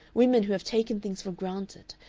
women who have taken things for granted,